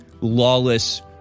lawless